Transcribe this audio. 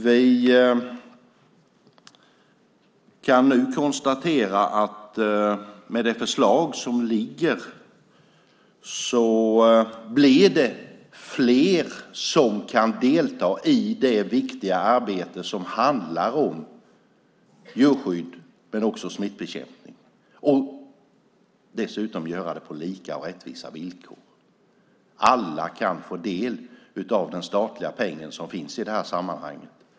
Vi kan nu konstatera att det med det förslag som föreligger blir fler som kan delta i det viktiga arbete som handlar om djurskydd och smittbekämpning, dessutom på lika och rättvisa villkor. Alla kan få del av den statliga peng som finns i sammanhanget.